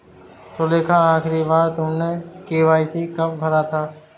सुलेखा, आखिरी बार तुमने के.वाई.सी कब भरा था?